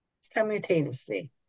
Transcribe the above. simultaneously